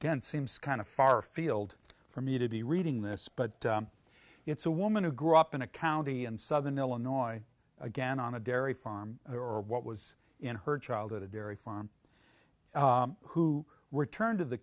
again seems kind of far afield for me to be reading this but it's a woman who grew up in a county in southern illinois again on a dairy farm or what was in her childhood a dairy farm who returned to the